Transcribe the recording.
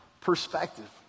perspective